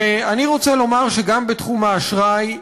אני רוצה לומר שגם בתחום האשראי,